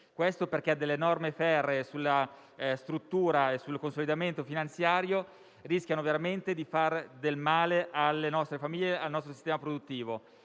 Queste norme ferree sulla struttura e sul consolidamento finanziario rischiano veramente di fare del male alle nostre famiglie e al nostro sistema produttivo.